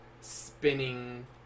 spinning